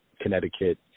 Connecticut